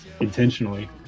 intentionally